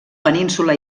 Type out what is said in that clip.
península